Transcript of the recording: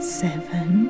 seven